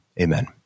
Amen